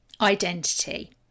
identity